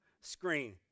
screen